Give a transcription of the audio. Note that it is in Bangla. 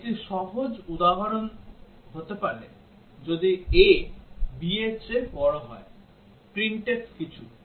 একটি সহজ উদাহরণ হতে পারে যদি a b এর চেয়ে বড় হয় printf কিছু